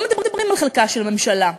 לא מדברים על חלקה של הממשלה,